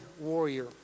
warrior